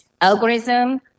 algorithm